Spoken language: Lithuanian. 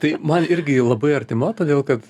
tai man irgi ji labai artima todėl kad